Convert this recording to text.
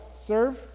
serve